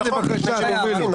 הנה, בבקשה, תובילו.